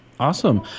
Awesome